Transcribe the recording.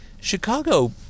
Chicago